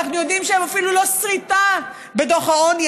אבל אנחנו יודעים שהם אפילו לא סריטה בדוח העוני,